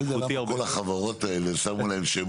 אני לא יודע למה שמו לכל החברות שמות כאלה.